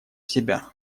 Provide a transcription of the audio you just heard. себя